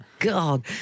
God